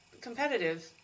competitive